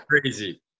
Crazy